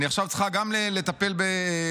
אני עכשיו צריכה גם לטפל בשלושה,